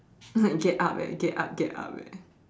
like get up eh get up get up eh